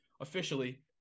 officially